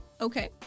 Okay